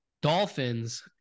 Dolphins